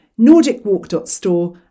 NordicWalk.store